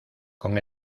con